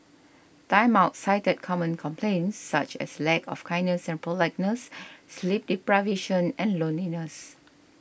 Time Out cited common complaints such as lack of kindness and politeness sleep deprivation and loneliness